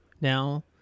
now